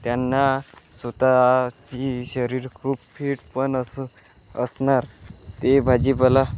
त्यांना स्वतःची शरीर खूप फिट पण अस असणार ते भाजीपाला